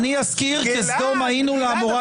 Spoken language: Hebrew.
אני אזכיר "כסדום היינו לעמורה דמינו".